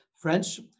French